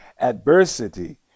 adversity